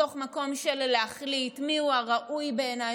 מתוך מקום של להחליט מיהו הראוי בעיניי,